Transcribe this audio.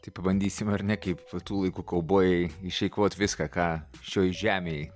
tai pabandysim ar ne kaip tų laikų kaubojai išeikvot viską ką šioj žemėj